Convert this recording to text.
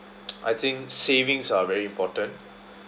I think savings are very important